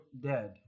dead